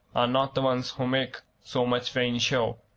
are not the ones who make so much vain show.